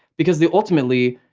because they ultimately,